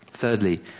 Thirdly